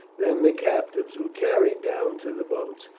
then the captives were carried down to the boats,